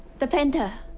the painter.